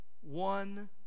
one